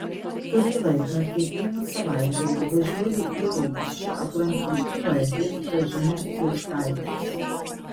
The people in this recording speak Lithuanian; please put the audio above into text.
kurį laiką kiekvieną savaitgalį važiuoju į rokiškį aplankyti poetės gražinos cieškaitės